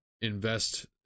invest